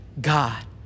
God